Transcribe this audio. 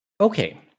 Okay